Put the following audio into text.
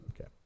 okay